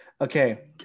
Okay